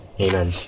Amen